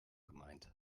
gemeint